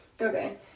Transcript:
Okay